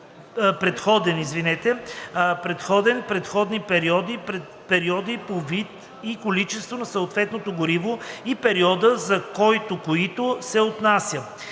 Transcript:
период/периоди по вид и количество на съответното гориво и периода, за който/които се отнася;